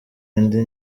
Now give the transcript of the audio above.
indi